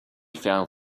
fell